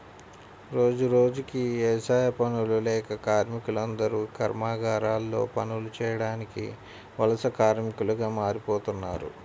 రోజురోజుకీ యవసాయ పనులు లేక కార్మికులందరూ కర్మాగారాల్లో పనులు చేయడానికి వలస కార్మికులుగా మారిపోతన్నారు